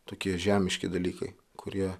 tokie žemiški dalykai kurie